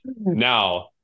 Now